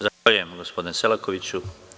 Zahvaljujem gospodine Selakoviću.